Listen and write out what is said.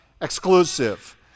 exclusive